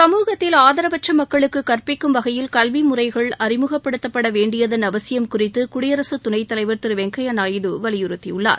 சமுகத்தில் ஆதரவற்ற மக்களுக்கு கற்பிக்கும் வகையில் கல்வி முறைகள் அறிமுகப்படுத்தப்படவேண்டியதன் அவசியம் குறித்துகுடியரசுத் துணைத்தலைவர் திரு வெங்கய்யா நாயுடு வலியுறுத்தியுள்ளார்